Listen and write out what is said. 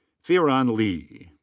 feiran li.